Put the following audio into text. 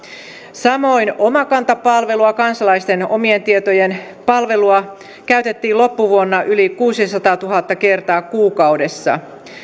samoin omakanta palvelua kansalaisten omien tietojen palvelua käytettiin loppuvuonna yli kuusisataatuhatta kertaa kuukaudessa